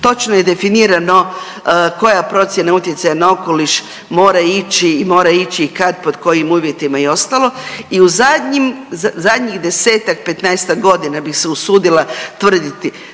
točno je definirano koja procjena utjecaja na okoliš mora ići i mora ići i kad pod kojim uvjetima i ostalo i zadnjih desetak, petnaestak godina bi se usudila tvrditi